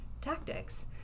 tactics